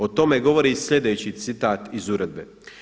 O tome govori i sljedeći citat iz uredbe.